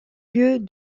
vieux